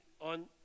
on